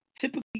typically